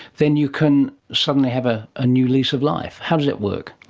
then you can suddenly have a ah new lease of life. how does it work?